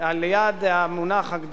על-יד המונח, הגדרה,